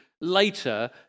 later